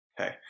okay